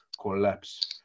collapse